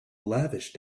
lavish